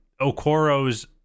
Okoro's